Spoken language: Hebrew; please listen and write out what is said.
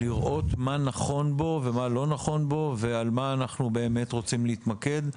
לראות מה נכון בו ומה לא נכון בו ועל מה אנחנו באמת רוצים להתמקד.